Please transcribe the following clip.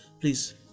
please